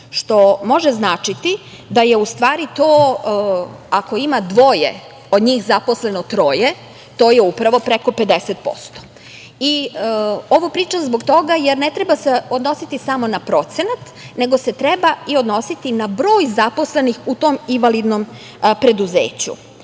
što može značiti da je ustvari to, ako ima dvoje od njih zaposleno troje, to je upravo preko 50%.I ovo pričam zbog toga, jer se ne treba odnositi samo na procenat, nego se odnositi i na broj zaposlenih u tom invalidnom preduzeću,